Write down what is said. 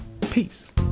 Peace